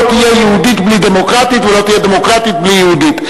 לא תהיה יהודית בלי דמוקרטית ולא תהיה דמוקרטית בלי יהודית.